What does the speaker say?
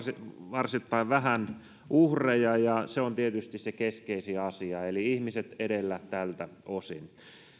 varsittain vähän uhreja ja se on tietysti se keskeisin asia eli ihmiset edellä tältä osin